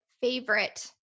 favorite